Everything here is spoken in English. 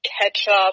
ketchup